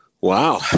Wow